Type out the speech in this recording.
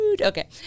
Okay